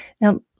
Now